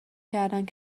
کردهاند